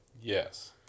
Yes